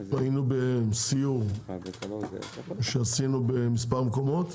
היינו בסיור שעשינו במספר מקומות,